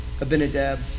Abinadab